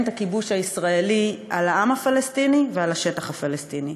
את הכיבוש הישראלי על העם הפלסטיני ועל השטח הפלסטיני.